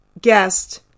guest